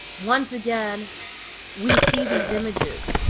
once again we see these images.